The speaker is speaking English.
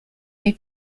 they